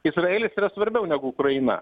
izraelis yra svarbiau negu ukraina